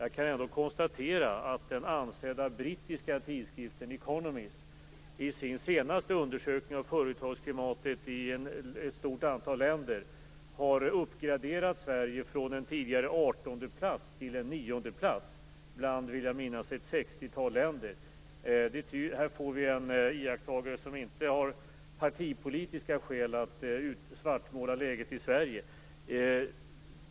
Jag kan ändå konstatera att den ansedda brittiska tidskriften The Economist i sin senaste undersökning av företagsklimatet i ett stort antal länder har uppgraderat Sverige från en tidigare artondeplats till en niondeplats bland ett sextiotal länder. Här får vi en iakttagelse från någon som inte har partipolitiska skäl att svartmåla läget i Sverige.